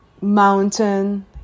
mountain